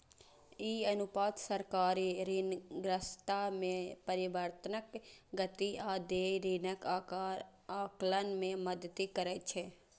ई अनुपात सरकारी ऋणग्रस्तता मे परिवर्तनक गति आ देय ऋणक आकार आकलन मे मदति करै छै